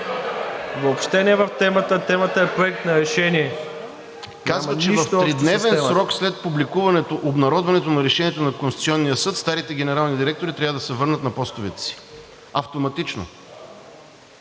общо с темата! РАДОМИР ЧОЛАКОВ: Казват, че в 3-дневен срок след публикуването обнародването на Решението на Конституционния съд старите генерални директори трябва да се върнат на постовете си автоматично.